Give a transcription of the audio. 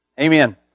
Amen